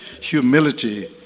humility